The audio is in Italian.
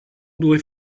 due